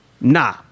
Nah